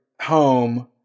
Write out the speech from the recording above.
home